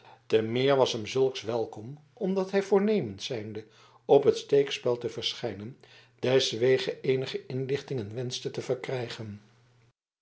te meer was hem zulks welkom omdat hij voornemens zijnde op het steekspel te verschijnen deswege eenige inlichtingen wenschte te verkrijgen